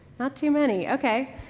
not too many. okay.